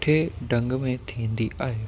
सुठे ढंग में थींदी आहे